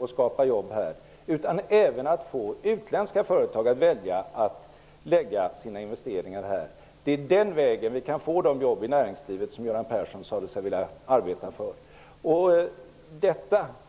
och skapa jobb här i Sverige utan också att få utländska företag att välja att lägga sina investeringar här. Det är på den vägen som vi kan få de jobb i näringslivet som Göran Persson sade sig vilja arbeta för.